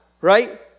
right